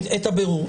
הבירור.